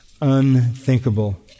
unthinkable